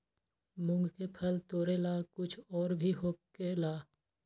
मूंग के फसल तोरेला कुछ और भी होखेला?